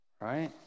right